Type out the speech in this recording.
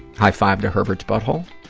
high-five to herbert's butthole,